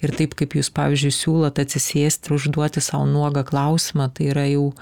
ir taip kaip jūs pavyzdžiui siūlot atsisėsti ir užduoti sau nuogą klausimą tai yra jau